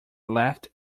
left